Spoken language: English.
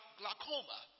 glaucoma